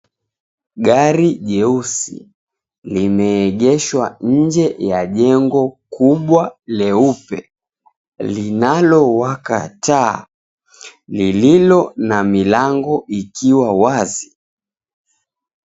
Gari jeusi limeegeshwa nje ya jengo kubwa leupe linalowaka taa lililo na milango ikiwa wazi.